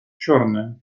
черная